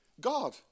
God